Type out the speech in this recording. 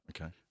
Okay